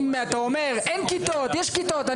אם אתה אומר אין כיתות יש כיתות,